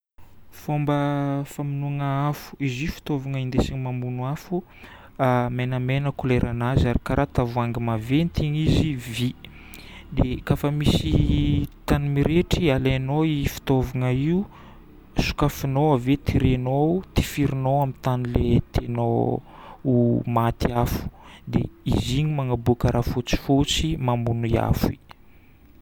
Fômba famonoana afo. Izy io fitaovagna indesigna mamono afo. Menamena couleurnazy ary karaha tavoahangy maventy igny izy. Vy. Kafa misy tany mirehitry dia alaignao io fitaovagna io. Sokafinao ave tirenao, tifirinao amin'ny tany le tianao ho maty afo. Dia izy igny magnaboaka raha fotsifotsy mamono i afo igny.